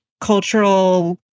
cultural